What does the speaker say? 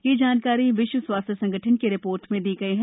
यह जानकारी विश्व स्वास्थ्य संगठन की रिपोर्ट में दी गई है